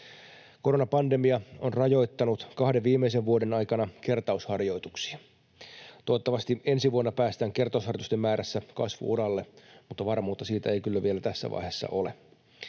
Koronapandemia on rajoittanut kahden viimeisen vuoden aikana kertausharjoituksia. Toivottavasti ensi vuonna päästään kertausharjoitusten määrässä kasvu-uralle, mutta varmuutta siitä ei kyllä vielä tässä vaiheessa ole.